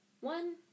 One